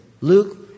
Luke